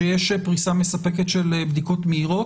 שיש פריסה מספקת של בדיקות מהירות.